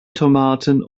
tomaten